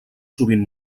sovint